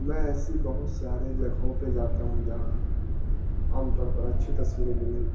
میں ایسی بہت ساریے جگہوں پہ جاتا ہوں جہاں عام طور پر اچھی تصویریں لیں